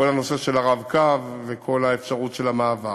כל הנושא של ה"רב-קו" וכל האפשרות של המעבר.